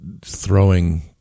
throwing